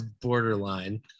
borderline